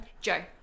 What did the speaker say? Joe